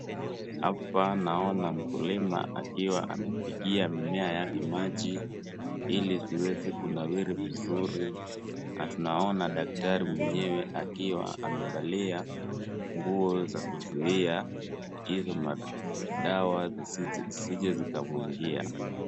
Hapa naona mkulima akiwa anapigia mimea yake maji Ili ziweze kunawiri vizuri. Na tunaona daktari mwenyewe akiwa amipalia nguo za kuzuia hizo madawa zisije zikamungia.